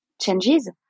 changes